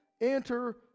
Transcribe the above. enter